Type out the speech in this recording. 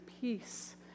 peace